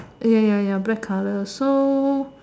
ya ya ya black color so